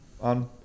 on